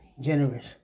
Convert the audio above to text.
generous